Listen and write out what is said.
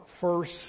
first